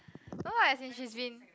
no lah as in she's been